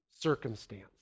circumstance